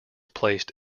placed